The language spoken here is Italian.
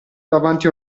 davanti